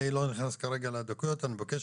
אני לא נכנס כרגע לדקויות, אני מבקש